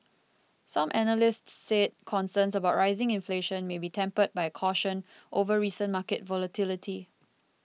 some analysts said concerns about rising inflation may be tempered by caution over recent market volatility